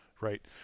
right